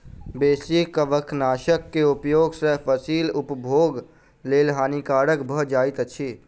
बेसी कवकनाशक के उपयोग सॅ फसील उपभोगक लेल हानिकारक भ जाइत अछि